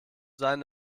sein